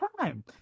time